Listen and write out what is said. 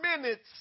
minutes